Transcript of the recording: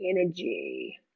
energy